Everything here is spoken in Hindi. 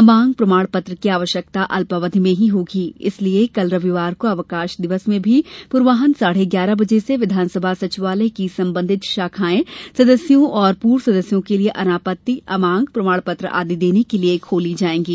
अमांग प्रमाण पत्र की आवश्यकता अल्प अवधि में ही होगी इसलिए कल रविवार को अवकाश दिवस में भी पूर्वान्ह साढे ग्यारह बजे से विधानसभा सचिवालय की संबंधित शाखाएं सदस्यों और पूर्व सदस्यों के लिए अनापत्ति अमांग प्रमाण पत्र आदि देने के लिए खोली जाएंगी